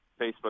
Facebook